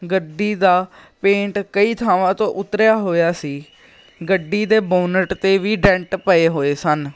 ਗੱਡੀ ਦਾ ਪੇਂਟ ਕਈ ਥਾਵਾਂ ਤੋਂ ਉਤਰਿਆ ਹੋਇਆ ਸੀ ਗੱਡੀ ਦੇ ਬੋਨਟ 'ਤੇ ਵੀ ਡੈਂਟ ਪਏ ਹੋਏ ਸਨ